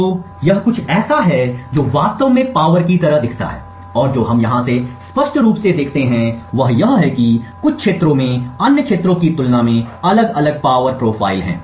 तो यह कुछ ऐसा है जो वास्तव में पावर की तरह दिखता है और जो हम यहां से स्पष्ट रूप से देखते हैं वह यह है कि कुछ क्षेत्रों में अन्य क्षेत्रों की तुलना में अलग अलग पावर प्रोफ़ाइल है